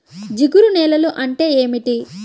జిగురు నేలలు అంటే ఏమిటీ?